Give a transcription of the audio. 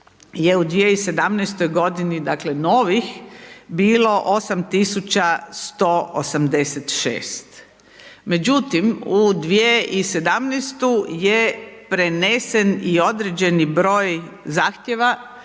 je u 2017. g. dakle, novih bilo 8186. Međutim, u 2017. je prenesen i određeni broj zahtjeva